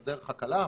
זו הדרך הקלה,